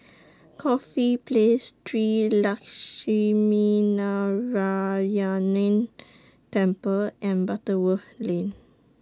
Corfe Place Shree Lakshminarayanan Temple and Butterworth Lane